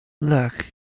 Look